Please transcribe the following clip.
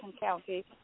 County